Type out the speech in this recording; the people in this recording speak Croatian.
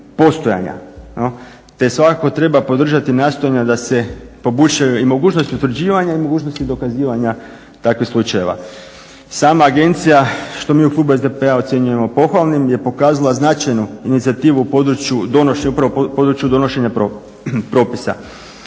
te svakako treba podržati nastojanja da se poboljšaju i mogućnosti utvrđivanja i mogućnosti dokazivanja takvih slučajeva. Sama agencija što mi u klubu SDP-a ocjenjujemo pohvalnim je pokazala značajnu inicijativu u području donošenja propisa.